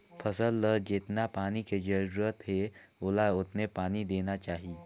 फसल ल जेतना पानी के जरूरत हे ओला ओतने पानी देना चाही